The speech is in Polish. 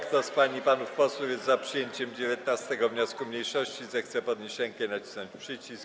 Kto z pań i panów posłów jest za przyjęciem 19. wniosku mniejszości, zechce podnieść rękę i nacisnąć przycisk.